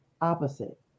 opposite